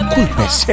Culpes